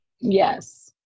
Yes